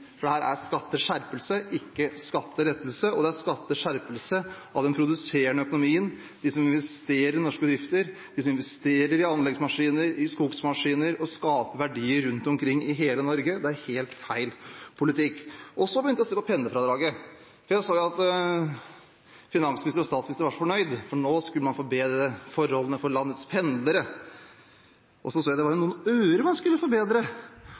for dette er skatteskjerpelse, ikke skattelettelse. Det er skatteskjerpelse av den produserende økonomien – de som investerer i norske bedrifter, de som investerer i anleggsmaskiner, i skogsmaskiner og skaper verdier rundt omkring i hele Norge. Det er helt feil politikk. Så begynte jeg å se på pendlerfradraget, for jeg så at finansministeren og statsministeren var så fornøyde med at nå skulle man forbedre forholdene for landets pendlere. Jeg så at det var med noen øre man skulle forbedre